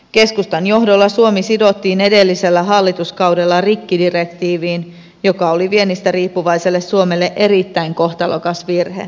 keskustan johdolla suomi sidottiin edellisellä hallituskaudella rikkidirektiiviin joka oli viennistä riippuvaiselle suomelle erittäin kohtalokas virhe